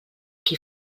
qui